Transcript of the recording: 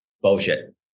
bullshit